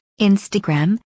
Instagram